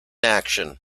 action